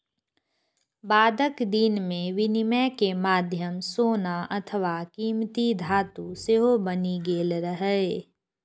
बादक दिन मे विनिमय के माध्यम सोना अथवा कीमती धातु सेहो बनि गेल रहै